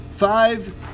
Five